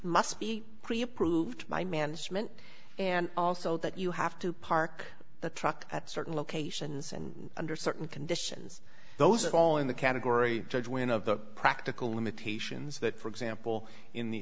must be pre approved by management and also that you have to park the truck at certain locations and under certain conditions those are all in the category judgment of the practical limitations that for example in the